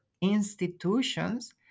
institutions